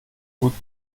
gut